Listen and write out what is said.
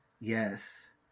Yes